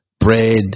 bread